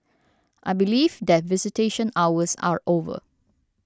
I believe that visitation hours are over